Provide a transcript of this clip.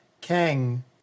Kang